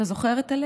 אתה זוכר את הלב?